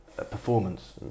Performance